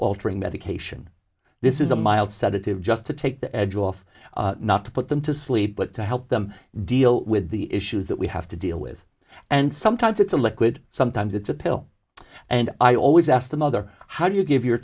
altering medication this is a mild sedative just to take the edge off not to put them to sleep but to help them deal with the issues that we have to deal with and sometimes it's a liquid sometimes it's a pill and i always asked the mother how do you give your